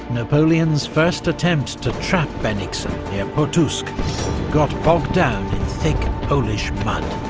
napoleon's first attempt to trap bennigsen near pultusk got bogged down in thick polish mud.